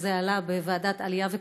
וזה עלה בוועדת העלייה והקליטה,